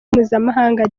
mpuzamahanga